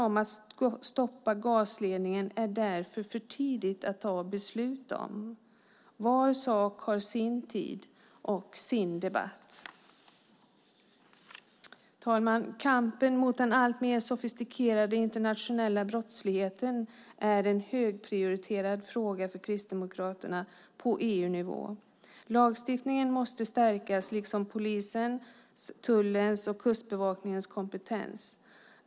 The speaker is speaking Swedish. Det är därför för tidigt att fatta beslut i frågan om att stoppa gasledningen. Var sak har sin tid och sin debatt. Herr talman! Kampen mot den alltmer sofistikerade internationella brottsligheten är en högprioriterad fråga för Kristdemokraterna på EU-nivå. Lagstiftningen måste stärkas liksom polisens, tullens och Kustbevakningens kompetens.